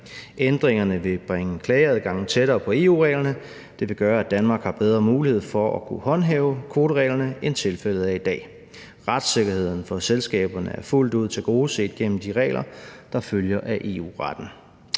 Ændringerne vil bringe klageadgangen tættere på EU-reglerne, og det vil gøre, at Danmark har bedre mulighed for at kunne håndhæve kvotereglerne, end tilfældet er i dag. Retssikkerheden for selskaberne er fuldt ud tilgodeset gennem de regler, der følger af EU-retten.